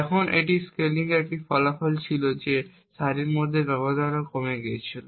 এখন এই স্কেলিংয়ের একটি ফলাফল ছিল যে এই সারির মধ্যে ব্যবধানও কমে গিয়েছিল